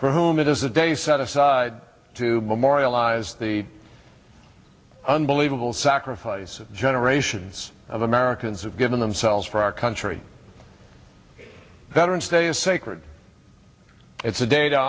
for whom it is a day set aside to memorialize the unbelievable sacrifice of generations of americans have given themselves for our country veteran's day is sacred it's a day to